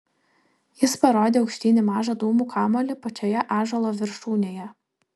jis parodė aukštyn į mažą dūmų kamuolį pačioje ąžuolo viršūnėje